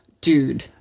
Dude